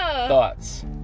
Thoughts